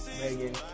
Megan